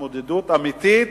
התמודדות אמיתית